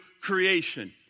creation